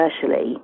commercially